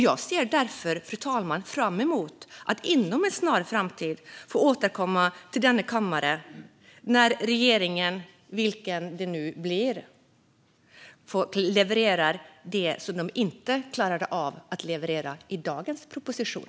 Jag ser därför, fru talman, fram emot att inom en snar framtid få återkomma till denna kammare när regeringen, vilken det nu blir, levererar det som den inte klarat av att leverera i dagens proposition.